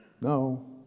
no